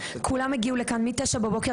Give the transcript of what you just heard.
כולם הגיעו לכאן מ-9:00 בבוקר,